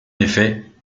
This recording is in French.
effet